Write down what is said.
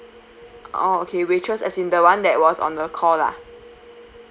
oh okay waitress as in the one that was on the call lah